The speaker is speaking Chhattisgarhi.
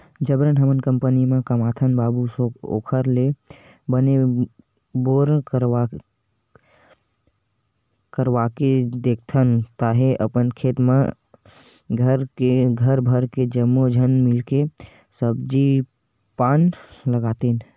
जबरन हमन कंपनी म कमाथन बाबू ओखर ले बने बोर करवाके देखथन ताहले अपने खेत म घर भर के जम्मो झन मिलके सब्जी पान लगातेन